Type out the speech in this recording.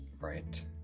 Right